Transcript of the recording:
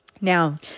Now